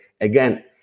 Again